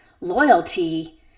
loyalty